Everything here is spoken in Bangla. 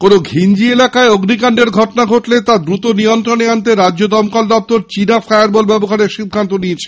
কোন ঘিঞ্জি এলাকায় অগ্নিকান্ডের ঘটনা ঘটলে তা দ্রুত নিয়ন্ত্রনে আনতে রাজ্য দমকল দপ্তর চীনা ফায়ার বল ব্যবহারের সিদ্ধান্ত নিয়েছে